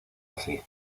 así